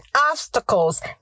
obstacles